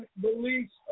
beliefs